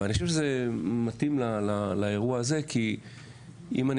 אני חושב שזה מתאים לאירוע הזה כי אם אני